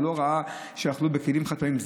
ושבפרשת השבוע הוא לא ראה שאכלו בכלים חד-פעמיים,